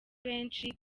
benshi